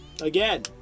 Again